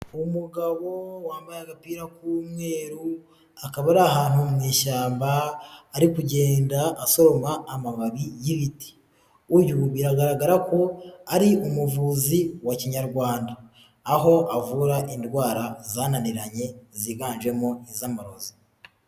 Umugabo wambaye agapira k'umweru, akaba ari ahantu mu ishyamba, ari kugenda asoroma amababi y'ibiti, uyu biragaragara ko ari umuvuzi wa kinyarwanda, aho avura indwara zananiranye ziganjemo iz'amarozi.